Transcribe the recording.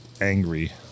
angry